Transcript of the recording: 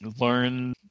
learn